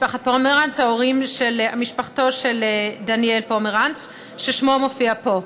משפחתו של דניאל פומרנץ, ששמו מופיע פה.